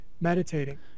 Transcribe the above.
meditating